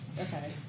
Okay